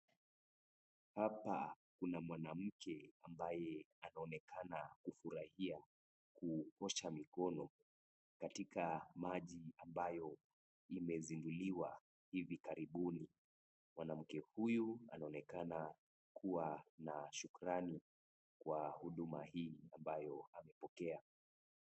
Hapa kuna mwanamke ambaye anaonekana kufurahia kuosha mikono katika maji ambayo imezinduliwa hivi karibuni. Mwanamke huyu anaonekana kuwa na shukrani kwa huduma hii ambayo ameipokea.